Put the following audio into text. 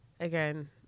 Again